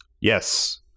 Yes